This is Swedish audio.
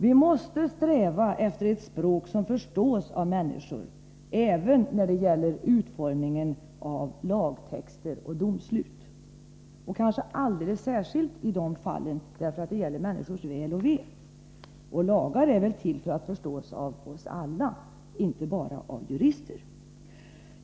Vi måste sträva efter ett språk som förstås av människor, även när det gäller utformningen av lagtexter och domslut — kanske alldeles särskilt i dessa fall, därför att det gäller människors väl och ve. Och lagar är väl till för att förstås av oss alla — inte bara av jurister!